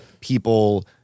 people